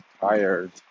tired